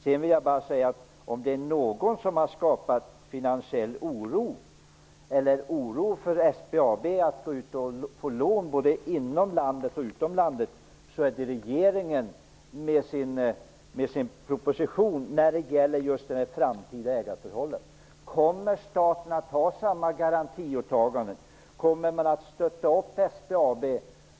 Sedan vill jag bara säga att om det är någon som har skapat oro och svårigheter för SBAB att gå ut och få lån både inom och utom landet så är det regeringen, och det har man gjort med vad man skriver i sin proposition om de framtida ägarförhållandena. Kommer staten att ha samma garantiåtaganden? Kommer man att stötta SBAB?